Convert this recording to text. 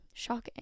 shocking